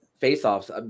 Face-offs